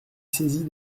saisie